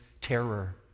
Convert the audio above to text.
terror